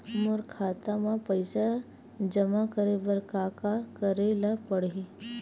मोर खाता म पईसा जमा करे बर का का करे ल पड़हि?